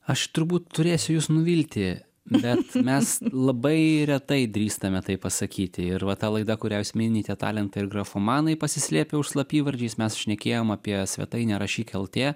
aš turbūt turėsiu jus nuvilti bet mes labai retai drįstame taip pasakyti ir va ta laida kurią jūs minite talentai ir grafomanai pasislėpę už slapyvardžiais mes šnekėjom apie svetainę rašyk lt